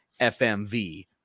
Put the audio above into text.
FMV